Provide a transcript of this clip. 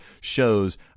shows